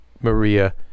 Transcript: Maria